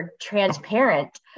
transparent